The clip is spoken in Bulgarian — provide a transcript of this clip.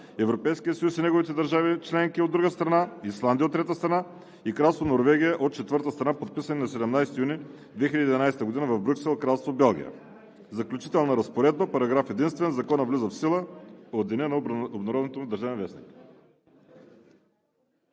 Европейския съюз и неговите държави членки, от друга страна, Исландия, от трета страна, и Кралство Норвегия, от четвърта страна, подписани на 17 юни 2011 г. в Брюксел, Кралство Белгия. Заключителна разпоредба Параграф единствен. Законът влиза в сила от деня на обнародването му в „Държавен вестник“.“